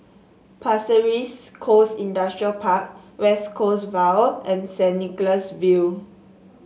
Pasir Ris Coast Industrial Park West Coast Vale and Saint Nicholas View